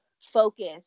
focus